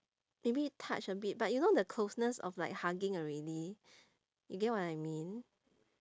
maybe touch a bit but you know the closeness of like hugging already you get what I mean